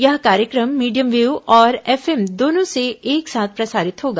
यह कार्यक्रम medium wave और एफएफ दोनों से एक साथ प्रसारित होगा